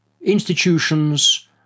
institutions